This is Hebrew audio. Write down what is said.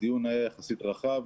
הדיון היה יחסית רחב,